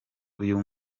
uyu